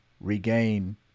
regain